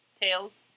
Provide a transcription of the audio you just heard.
Tails